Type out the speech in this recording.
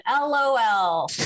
LOL